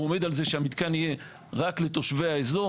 הוא עומד על זה שהמתקן יהיה רק לתושבי האזור,